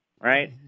right